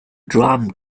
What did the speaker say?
drum